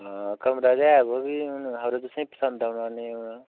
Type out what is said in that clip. अऽ कमरा ते है पर भी हून खबरै तु'सें गी पंसद औना नेईं औना